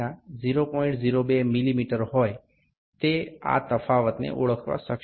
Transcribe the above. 02 મીમી હોય તે આ તફાવતને ઓળખવામાં સક્ષમ છે